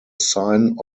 signs